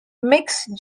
mixed